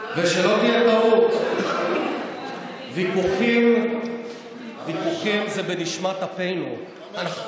(חבר הכנסת יעקב אשר יוצא מאולם המליאה.) אני מקווה,